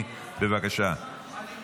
בבקשה, אדוני.